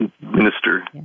minister